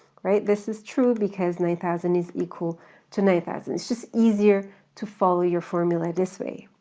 this is true because, nine thousand is equal to nine thousand. it's just easier to follow your formula this way.